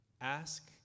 Ask